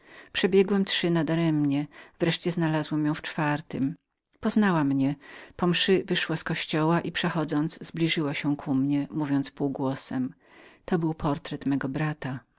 przebiegłem trzy nadaremnie wreszcie znalazłem ją w czwartym poznała mnie po mszy wyszła z kościoła i przechodząc zbliżyła się ku mnie i rzekła półgłosem to był portret mego brata